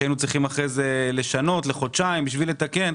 שהיינו צריכים אחרי זה לשנות לחודשיים בשביל לתקן.